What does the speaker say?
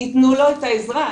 יתנו לו את העזרה,